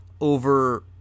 Over